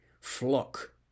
flock